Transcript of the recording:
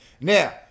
Now